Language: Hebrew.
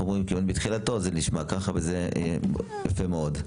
כמעט מתחילתו, זה נשמע ככה, וזה יפה מאוד.